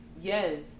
yes